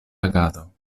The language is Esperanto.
agado